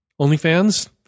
OnlyFans